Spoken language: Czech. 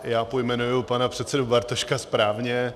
Já pojmenuji pana předsedu Bartoška správně.